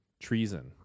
Treason